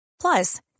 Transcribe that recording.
Plus